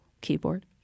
keyboard